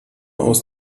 aus